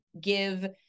give